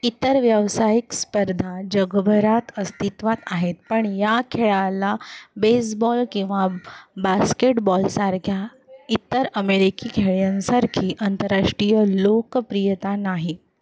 इतर व्यावसायिक स्पर्धा जगभरात अस्तित्वात आहेत पण या खेळाला बेसबॉल किंवा बास्केटबॉलसारख्या इतर अमेरिकी खेळांसारखी आंतरराष्ट्रीय लोकप्रियता नाही